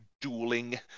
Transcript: dueling